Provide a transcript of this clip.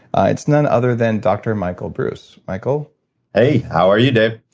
it's none other than dr michael breus. michael hey. how are you, dave?